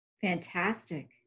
Fantastic